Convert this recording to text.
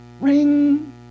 Ring